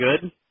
good